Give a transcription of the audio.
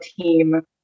team